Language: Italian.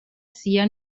sia